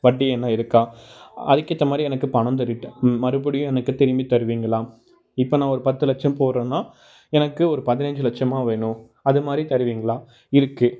வட்டி என்ன இருக்கா அதுக்கேற்ற மாதிரி எனக்குப் பணம் மறுபடியும் எனக்குத் திரும்பித் தருவீங்களா இப்போ நான் ஒரு பத்து லட்சம் போடுறன்னா எனக்கு ஒரு பதினஞ்சு லட்சமாக வேணும் அது மாதிரி தருவீங்களா இருக்கு